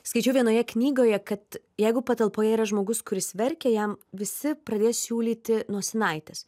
skaičiau vienoje knygoje kad jeigu patalpoje yra žmogus kuris verkia jam visi pradės siūlyti nosinaites